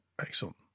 excellent